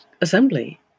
assembly